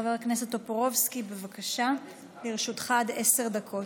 חבר הכנסת טופורובסקי, בבקשה, לרשותך עד עשר דקות.